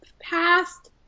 past